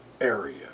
area